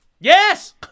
Yes